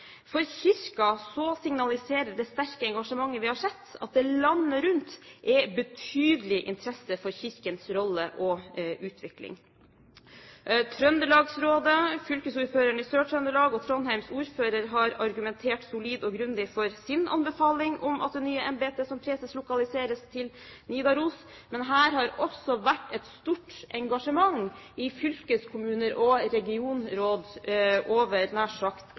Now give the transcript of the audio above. For Kirken signaliserer det sterke engasjementet vi har sett, at det landet rundt er betydelig interesse for Kirkens rolle og utvikling. Trøndelagsrådet, fylkesordføreren i Sør-Trøndelag og Trondheims ordfører har argumentert solid og grundig for sin anbefaling, at det nye embetet som preses lokaliseres til Nidaros. Men det har også vært et stort engasjement i fylkeskommuner og regionråd over,